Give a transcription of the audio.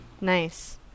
Nice